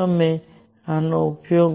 અમે આનો ઉપયોગ